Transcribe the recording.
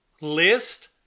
list